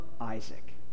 Isaac